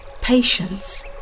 patience